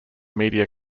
media